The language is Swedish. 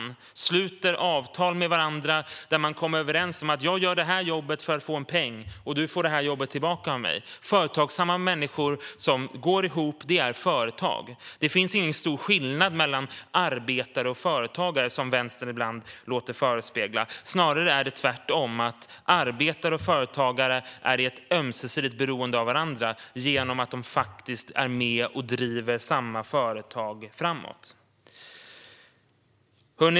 De sluter avtal med varandra där man kommer överens om att jag gör det här jobbet för att få en peng, och du får det där jobbet tillbaka av mig. Företagsamma människor som går ihop - det är företag. Det finns ingen stor skillnad mellan arbetare och företagare, som Vänstern ibland vill förespegla folk. Det är snarare tvärtom: Arbetare och företagare är i ett ömsesidigt beroende av varandra genom att de är med och driver samma företag framåt.